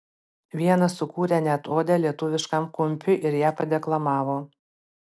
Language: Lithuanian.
vienas sukūrė net odę lietuviškam kumpiui ir ją padeklamavo